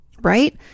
right